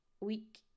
week